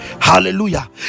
hallelujah